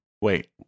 Wait